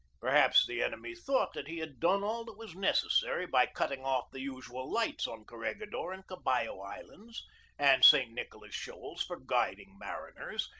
perhaps the enemy thought that he had done all that was necessary by cutting off the usual lights on corregidor and caballo islands and san nicolas shoals for guiding mariners,